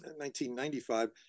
1995